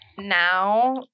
Now